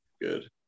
Good